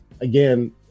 again